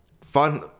fun